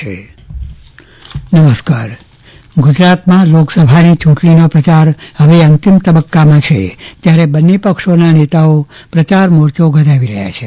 ગુજરાતમાં પ્રચાર ગુજરાતમાં લોકસભાની ચુંટણીનો પ્રચાર ફવે અંતિમ તબકામાં છે ત્યારે બંન્ને પક્ષોના નેતાઓ પ્રચાર મોરચો ગજાવી રહ્યા છે